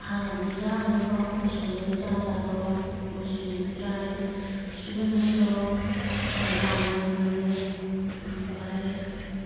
हाग्रानि जा मैगं दं उसुमै राजा दं उसुमैनिफ्राय खिफि बेन्दों दं ओमफ्राय मानि मुनि ओमफ्राय